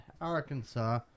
Arkansas